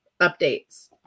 updates